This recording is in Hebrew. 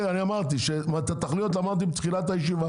אני אמרתי, את התכליות אמרתי אתמול,